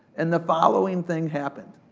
and the following thing happened.